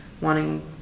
wanting